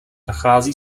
nachází